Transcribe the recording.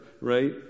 right